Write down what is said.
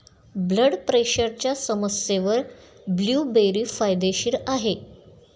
blood प्रेशरच्या समस्येवर blueberry फायदेशीर आहे